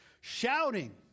Shouting